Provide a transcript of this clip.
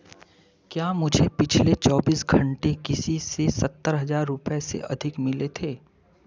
क्या मुझे पिछले चौबीस घंटे किसी से सत्तर हज़ार रुपये से अधिक मिले थे